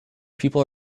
people